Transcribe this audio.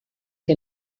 que